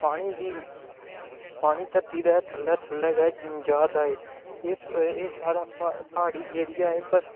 पानी दी पानी धरती दे थल्ले थल्ले गै जा दा ऐ एह् साढ़ा प्हाड़ी एरिया ऐ पर